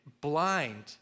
blind